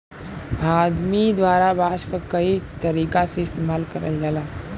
आदमी द्वारा बांस क कई तरीका से इस्तेमाल करल जाला